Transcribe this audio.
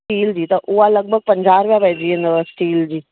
steel जी त उहा लॻभॻि पंजाहु रुपिया पइजी वेंदव स्टील जी